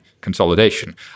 consolidation